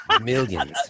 Millions